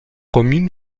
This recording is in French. commune